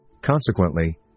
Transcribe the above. Consequently